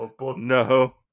No